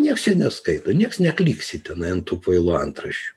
nieks čia neskaito nieks nekliksi tenai ant tų kvailų antraščių